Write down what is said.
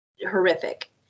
horrific